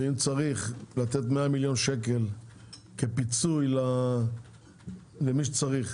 ואם צריך, לתת 100 מיליון שקל כפיצוי למי שצריך.